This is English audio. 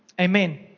Amen